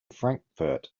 frankfurt